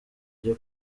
ryo